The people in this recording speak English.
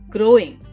Growing